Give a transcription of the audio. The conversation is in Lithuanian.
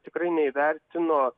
tikrai neįvertino